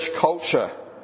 culture